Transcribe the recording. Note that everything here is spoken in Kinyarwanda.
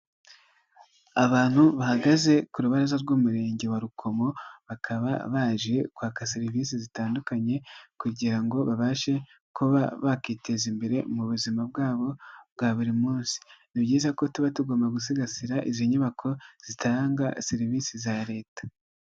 Abantu bahagaze ku rubaraza rw'Umurenge wa Rukomo, bakaba baje kwaka serivisi zitandukanye kugira ngo babashe kuba bakiteza imbere mu buzima bwabo bwa buri munsi. Ni byiza ko tuba tugomba gusigasira izi nyubako, zitanga serivisi za leta.